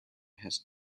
has